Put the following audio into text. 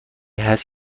هست